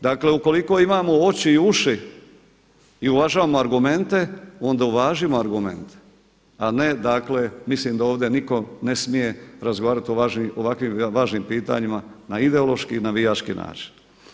Dakle, ukoliko imamo oči i uši i uvažavamo argumente, onda uvažimo argumente, a ne dakle mislim da ovdje nitko ne smije razgovarati o ovako važnim pitanjima na ideološki navijački način.